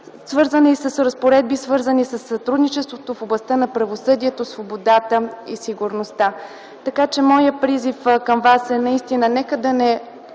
свързани с разпоредби, свързани със сътрудничеството в областта на правосъдието, свободата и сигурността. Така че моят призив към вас е: наистина, нека по-скоро